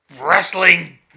wrestling